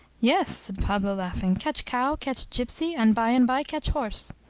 yes, said pablo, laughing, catch cow, catch gipsy, and by-and-by catch horse.